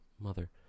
mother